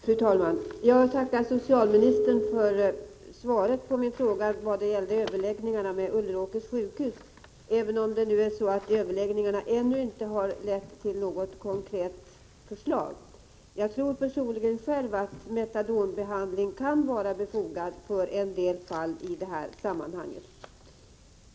Fru talman! Jag tackar socialministern för svaret på min fråga om överläggningar med Ulleråkers sjukhus, även om överläggningarna ännu inte lett till något konkret förslag. Jag tror personligen att metadonbehandling kan vara befogad för en del i det här fallet.